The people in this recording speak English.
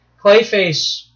Clayface